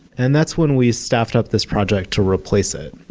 and that's when we staffed up this project to replace it.